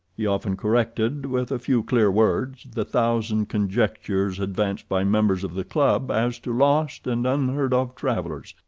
he often corrected, with a few clear words, the thousand conjectures advanced by members of the club as to lost and unheard-of travellers,